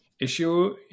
issue